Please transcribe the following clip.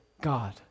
God